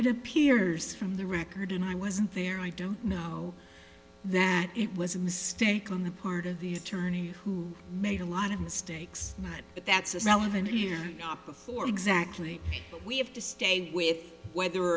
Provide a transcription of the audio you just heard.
it appears from the record and i wasn't there i don't know that it was a mistake on the part of the attorney who made a lot of mistakes but that's a relevant here before exactly what we have to stay with whether